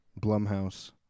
Blumhouse